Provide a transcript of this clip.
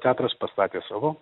teatras pastatė savo